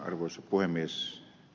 arvoisa puhemies